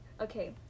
okay